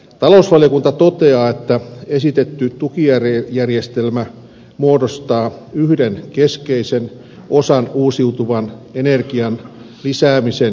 talousvaliokunta toteaa että esitetty tukijärjestelmä muodostaa yhden keskeisen osan uusiutuvan energian lisäämisen edistämiskeinoista